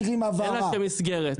אלא כמסגרת.